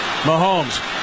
Mahomes